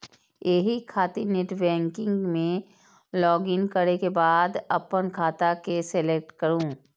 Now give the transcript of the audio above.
एहि खातिर नेटबैंकिग मे लॉगइन करै के बाद अपन खाता के सेलेक्ट करू